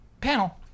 Panel